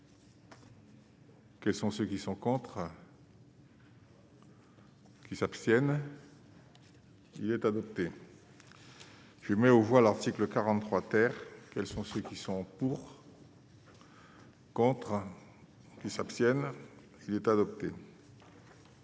Quels sont ceux qui sont compte. Qui s'abstiennent il est adopté. Je mets aux voix, l'article 43 terre quels sont ceux qui sont pour. Contre qui s'abstiennent il est adopté.